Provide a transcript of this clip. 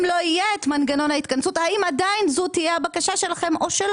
אם לא יהיה את מנגנון ההתכנסות האם עדיין זו תהיה הבקשה שלכם או שלא?